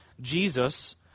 Jesus